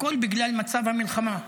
הכול בגלל מצב המלחמה.